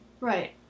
Right